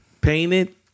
Painted